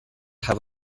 have